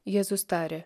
jėzus tarė